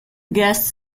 guest